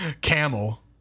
Camel